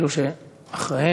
לא, ממש לא.